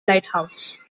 lighthouse